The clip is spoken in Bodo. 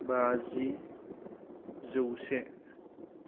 बाजि जौसे